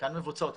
חלקן מבוצעות.